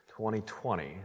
2020